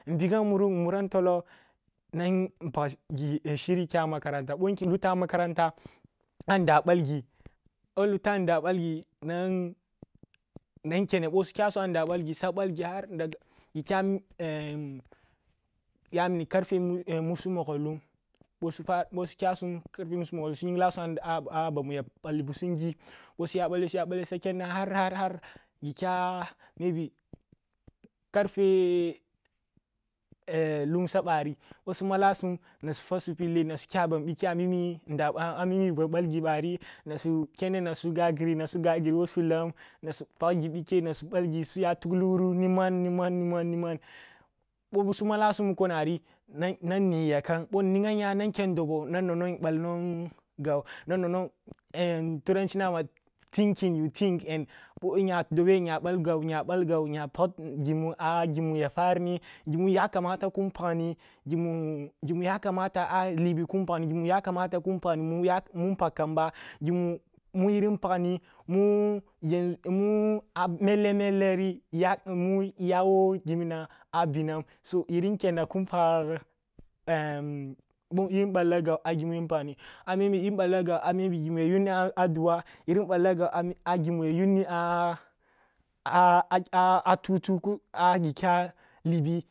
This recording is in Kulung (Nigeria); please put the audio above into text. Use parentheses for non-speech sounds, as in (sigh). Nbigam muruk nmuram toloh nam npag shiri kya makaranta ъo nlutam a makaranta a nda ъal gi ъo nlutam a nda balgi nan nan kene suya balgi har daga gi kya yamini karfe lu (hesitation) musumogwo-lum ъosu pa ъosu kye sum karfe musu-mwogwo-lum su nying lasum a bamu ya balli gi bosuya bale suya bale suya kenanna har karfe (hesitation) lum saban, ъoh su malasum na sufa, na sufwa su pille na su kya ba ъike a mimi ba nda ba, anrimi ba balgi bari na su gagri gagri wo su lam na nap ag gi ъike na su balgi suya tuglu wuru niman niman niman niman ъo su malasum muko nari, nari nan ningya kam ъo nnighamya nanken dobo nan nono nъall (unintelligible) nan nono nъoll (hesitation) turanchi nama thinkin, you think nya dobe nya ъall gau nya pagi mu ya farini gimin yakamata kun pagni, gimu yakamata kin pagni alibi kin pgni gimu yakama mu’im npagkamba gimu yirin pagni mu mu yan a meleri ya wo gimmina a binam yirin kenna kin far (hesitation) ъo yin balla (unintelligible) a gimun yin pagni amimi yin balla gau amimi gimu ya yunni adua, yirin ъalla gau a gimi yara yuni tutu (hesitation) a gi kya libi